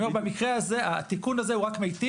אני אומר במקרה הזה התיקון הזה הוא רק מיטיב,